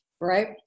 right